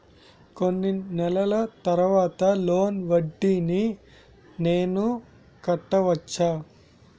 కొన్ని నెలల తర్వాత లోన్ వడ్డీని నేను కట్టవచ్చా?